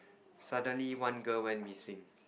suddenly one girl went missing